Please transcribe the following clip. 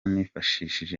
nifashishije